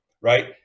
right